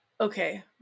Okay